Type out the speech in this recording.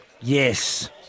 Yes